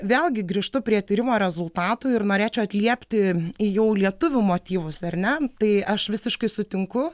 vėlgi grįžtu prie tyrimo rezultatų ir norėčiau atliepti į jau lietuvių motyvus ar ne tai aš visiškai sutinku